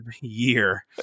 year